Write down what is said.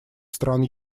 стран